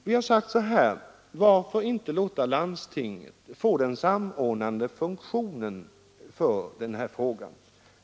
Vi har sagt så här: Varför inte låta landstingen få den samordnande funktionen i den här frågan?